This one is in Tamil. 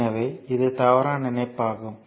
எனவே இது தவறான இணைப்பு ஆகும்